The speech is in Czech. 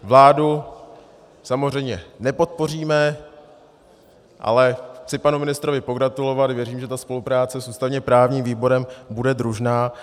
Vládu samozřejmě nepodpoříme, ale chci panu ministrovi pogratulovat, věřím, že ta spolupráce s ústavněprávním výborem bude družná.